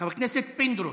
חבר הכנסת פינדרוס,